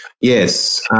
Yes